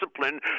discipline